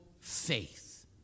faith